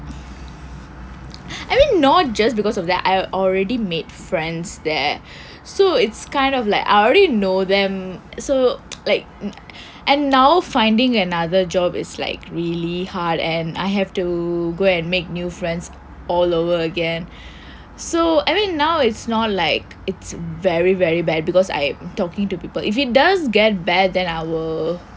I mean not just because of that I already made friends there so it's kind of like I already know them so like and now finding another job is like really hard and I have to go and make new friends all over again so I mean now it's not like it's very very bad because I am talking to people if it does get bad then I will